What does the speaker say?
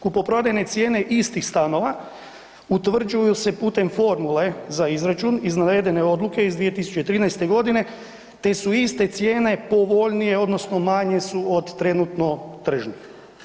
Kupoprodajne cijene istih stanova utvrđuju se putem formule za izračun iz navedene odluke iz 2013. g. te su iste cijene povoljnije odnosno manje su od trenutno tržnih.